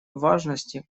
важности